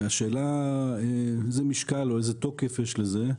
השאלה איזה משקל או איזה תוקף יש לזה.